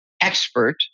expert